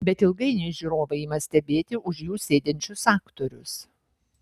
bet ilgainiui žiūrovai ima stebėti už jų sėdinčius aktorius